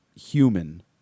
human